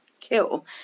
kill